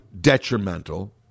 detrimental